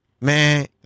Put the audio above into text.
man